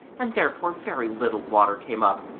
and therefore, very little water came up,